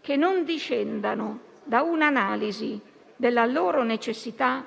che non discendano da un'analisi della loro necessità,